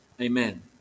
Amen